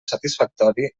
satisfactori